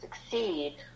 succeed